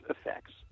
effects